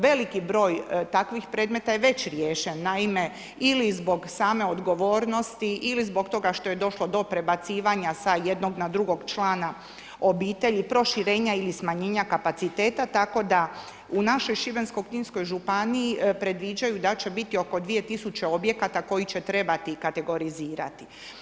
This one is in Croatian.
Veliki broj takvih predmeta je već riješen, naime ili zbog same odgovornosti, ili zbog toga što je došlo do prebacivanja sa jednog na drugog člana obitelji, proširenja ili smanjenja kapaciteta, tako da u našoj šibensko-kninskoj županiji predviđaju da će biti oko 2000 objekata koji će trebati kategorizirati.